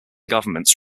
governments